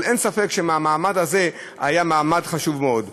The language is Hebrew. אבל אין ספק שהמעמד הזה היה מעמד חשוב מאוד.